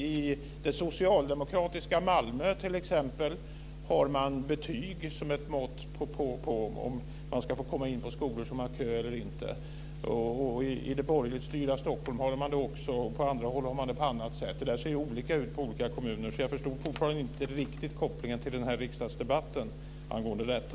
I socialdemokratiska Malmö t.ex. har man betyg som ett mått på om eleven ska få komma in eller inte på skolor som har kö. I borgerligt styrda Stockholm har man det också, och på andra håll har man det på annat sätt. Det ser olika ut i olika kommuner, så jag förstår fortfarande inte riktigt kopplingen till den här riksdagsdebatten angående detta.